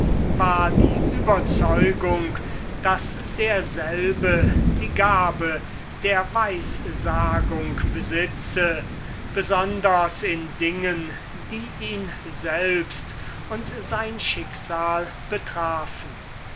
war die überzeugung daß derselbe die gabe der weissagung besitze besonders in dingen die ihn selbst und sein schicksal betrafen